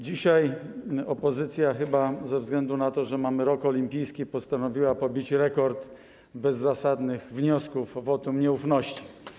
Dzisiaj opozycja, chyba ze względu na to, że mamy rok olimpijski, postanowiła pobić rekord bezzasadnych wniosków o wotum nieufności.